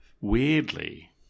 weirdly